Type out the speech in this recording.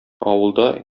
авылда